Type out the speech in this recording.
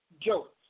jokes